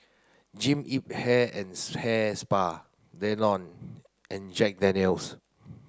Jean Yip Hair and Hair Spa Danone and Jack Daniel's